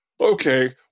okay